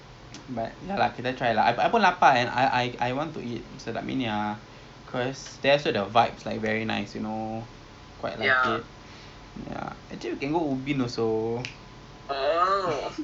sayur-sayuran condiments lah then you boleh like you know it's your own personalised then it's like eight dollar eighty cents tapi dia punya timing it's only from eleven thirty to two thirty P_M so it's like actually during the lunch hours